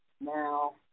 now